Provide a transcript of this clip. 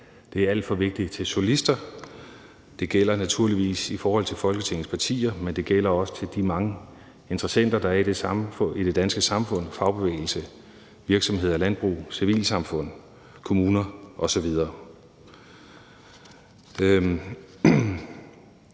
det er alt for vigtigt til solister. Det gælder naturligvis i forhold til Folketingets partier, men det gælder også i forhold til de mange interessenter, der er i det danske samfund – fagbevægelsen, virksomheder, landbrug, civilsamfund, kommuner osv.